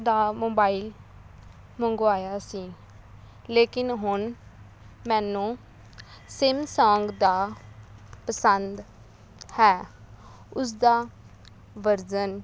ਦਾ mobile ਮੰਗਵਾਇਆ ਸੀ ਲੇਕਿਨ ਹੁਣ ਮੈਨੂੰ ਸਿਮ ਸੌਂਗ ਦਾ ਪਸੰਦ ਹੈ ਉਸਦਾ ਵਰਜ਼ਨ